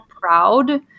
proud